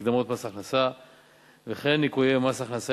מקדמות מס הכנסה וכן ניכויי מס הכנסה